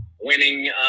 winning